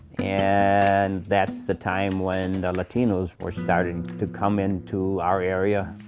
and that's the time when the latinos were starting to come into our area.